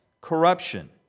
corruption